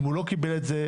אם הוא לא קיבל את זה,